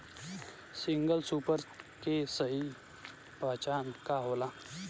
Single super के सही पहचान का होला?